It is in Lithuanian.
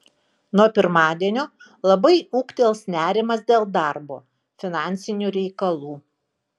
nuo pirmadienio labai ūgtels nerimas dėl darbo finansinių reikalų